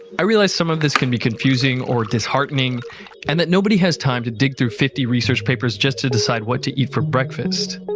i realize some of this can be confusing or disheartening and that nobody has time to dig through fifty research papers just to decide what to eat for breakfast.